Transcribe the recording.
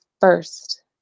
first